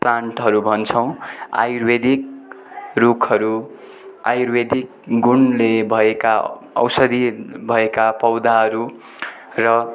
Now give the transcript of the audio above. प्लान्टहरू भन्छौँ आयुर्वेदिक रुखहरू आयुर्वेदिक गुणले भएका औषधी भएका पौधाहरू र